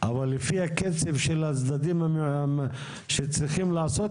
אבל לפי הקצב של הצדדים שצריכים לעשות